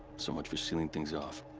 so much for sealing things off.